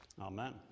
Amen